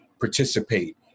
participate